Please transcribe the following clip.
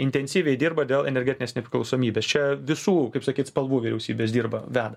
intensyviai dirba dėl energetinės nepriklausomybės čia visų kaip sakyt spalvų vyriausybės dirba veda